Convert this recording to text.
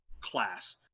class